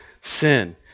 sin